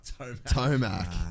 Tomac